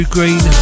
Green